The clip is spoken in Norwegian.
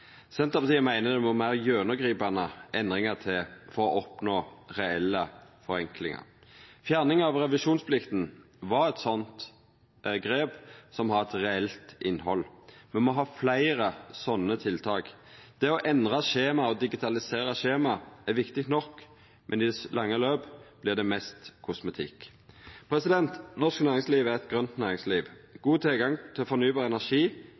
Senterpartiet meiner det må meir gjennomgripande endringar til for å oppnå reelle forenklingar. Fjerning av revisjonsplikta var eit slikt grep som har eit reelt innhald. Me må ha fleire slike tiltak. Det å endra skjema og digitalisera skjema er viktig nok, men i det lange løp vert det mest kosmetikk. Norsk næringsliv er eit grønt næringsliv. God tilgang til fornybar energi